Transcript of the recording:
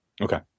Okay